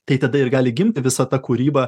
tai tada ir gali gimti visa ta kūryba